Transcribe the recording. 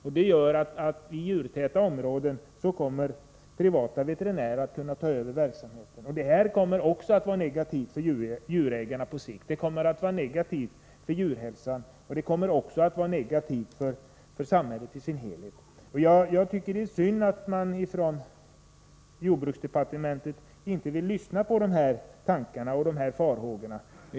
I djurtäta områden kommer därför privata veterinärer att kunna ta över verksamheten. Också detta kommer på sikt att vara negativt för djurägarna och för djurhälsan liksom för samhället i dess helhet. Jag tycker att det är synd att man från jordbruksdepartementet inte vill lyssna på dessa farhågor.